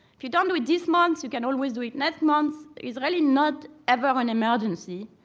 if you don't do it this month, you can always do it next month. it's really not ever an emergency.